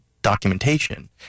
documentation